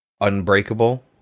Unbreakable